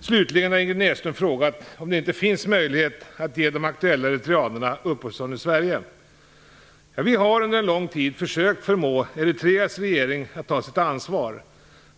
Slutligen har Ingrid Näslund frågat om det inte finns möjlighet att ge de aktuella eritreanerna uppehållstillstånd i Sverige. Vi har under en lång tid försökt förmå Eritreas regering att ta sitt ansvar.